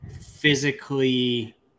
physically